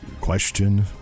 Question